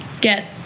get